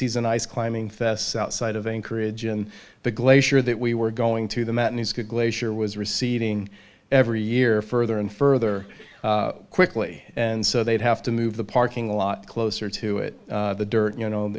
season ice climbing fests outside of encourage and the glacier that we were going to the mountains glacier was receding every year further and further quickly and so they'd have to move the parking lot closer to it the dirt you know